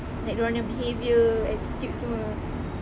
like diorangnya behaviour attitude semua